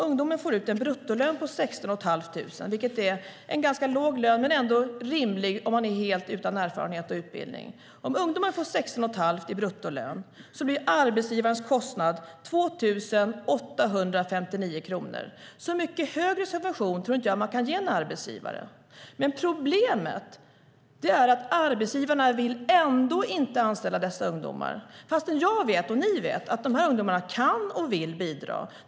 Ungdomen får ut en bruttolön på 16 500 kronor, vilket är en ganska låg lön men ändå rimlig om man är helt utan erfarenhet och utbildning. Om ungdomen får ut 16 500 kronor i bruttolön blir arbetsgivarens kostnad 2 859 kronor. Så mycket högre subvention tror jag inte att man kan ge en arbetsgivare. Problemet är att arbetsgivarna ändå inte vill anställa dessa ungdomar. Jag och ni vet att dessa ungdomar kan och vill bidra.